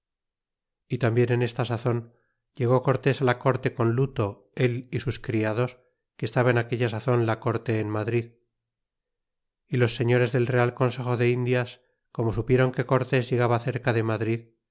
y tambien en esta sazon llegó cortés á la corte con luto el y sus criados que estaba en aquella sazon la corte en madrid y los señores del real consejo de indias como supieron que cortes llegaba cerca de madrid